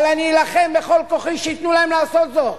אבל אני אלחם בכל כוחי שייתנו להם לעשות זאת,